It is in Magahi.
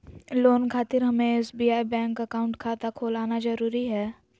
लोन खातिर हमें एसबीआई बैंक अकाउंट खाता खोल आना जरूरी है?